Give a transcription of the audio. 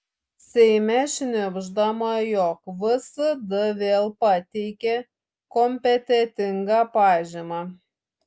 seime šnibždama jog vsd vėl pateikė kompetentingą pažymą